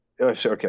Okay